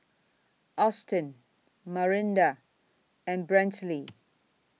Austyn Marinda and Brantley